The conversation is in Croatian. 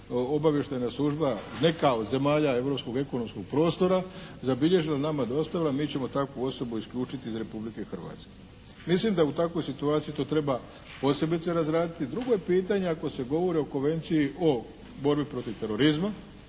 obavještajna služba neka od zemalja Europskog ekonomskog prostora zabilježila, nama dostavila, mi ćemo takvu osobu isključiti iz Republike Hrvatske. Mislim da u takvoj situaciji to treba posebice razraditi. Drugo je pitanje ako se govori o Konvenciji o borbi protiv terorizma,